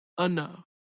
enough